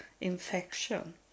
infection